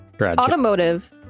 Automotive